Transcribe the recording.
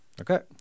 Okay